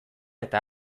eta